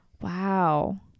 wow